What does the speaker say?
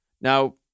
Now